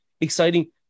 exciting